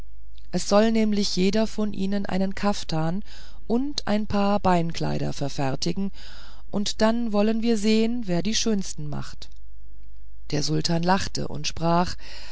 es soll nämlich jeder von ihnen einen kaftan und ein paar beinkleider verfertigen und da wollen wir einmal sehen wer die schönsten macht der sultan lachte und sprach